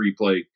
replay